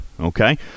okay